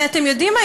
ואתם יודעים מה?